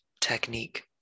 technique